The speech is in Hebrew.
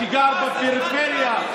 שגר בפריפריה,